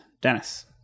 Dennis